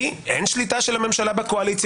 כי אין שליטה של הממשלה בקואליציה.